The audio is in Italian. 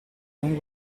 non